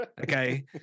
Okay